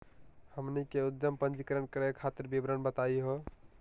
हमनी के उद्यम पंजीकरण करे खातीर विवरण बताही हो?